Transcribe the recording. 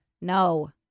no